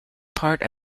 part